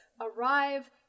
arrive